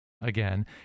again